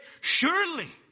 surely